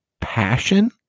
passion